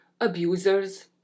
abusers